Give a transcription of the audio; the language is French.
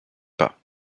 pas